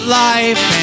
life